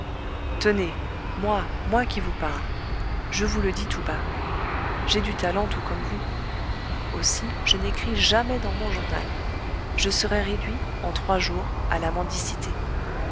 tenez moi moi qui vous parle je vous le dis tout bas j'ai du talent tout comme vous aussi je n'écris jamais dans mon journal je serais réduit en trois jours à la mendicité